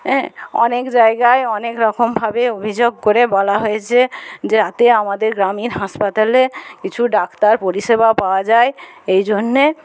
এ অনেক জায়গায় অনেকরকমভাবে অভিযোগ করে বলা হয়েছে যাতে আমাদের গ্রামীণ হাসপাতালে কিছু ডাক্তার পরিষেবা পাওয়া যায় এই জন্যে